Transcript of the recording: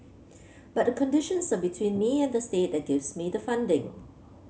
but the conditions are between me and the state that gives me the funding